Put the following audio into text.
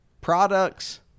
Products